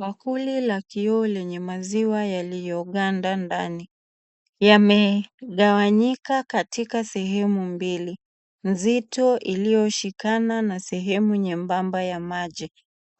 Bakuli la kioo lenye maziwa yaliyoganda ndani yamegawanyika katika sehemu mbili. Nzito iliyoshikana na sehemu nyembamba ya maji.